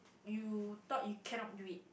you thought you cannot do it